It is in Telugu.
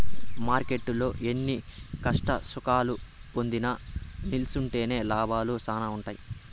మార్కెట్టులో ఎన్ని కష్టసుఖాలు పొందినా నిల్సుంటేనే లాభాలు శానా ఉంటాయి